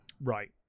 Right